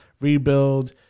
Rebuild